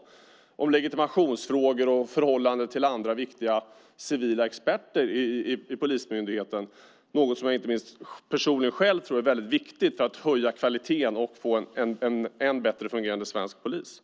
Det gäller legitimationsfrågor och förhållandet till andra viktiga civila experter i polismyndigheten, något som jag inte minst personligen tycker är viktigt för att höja kvaliteten och få en än bättre fungerande svensk polis.